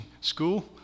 school